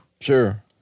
Sure